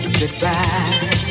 goodbye